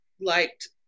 liked